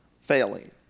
failing